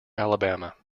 alabama